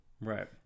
Right